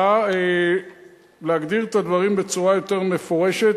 באה להגדיר את הדברים בצורה יותר מפורשת